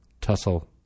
tussle